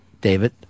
David